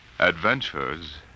Adventures